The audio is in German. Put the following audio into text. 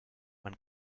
man